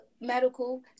medical